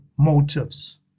Motives